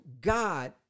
God